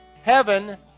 heaven